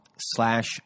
slash